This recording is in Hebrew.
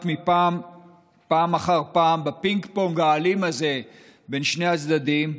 פעם אחר פעם בפינג-פונג האלים הזה בין שני הצדדים,